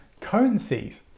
currencies